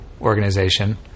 organization